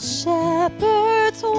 shepherds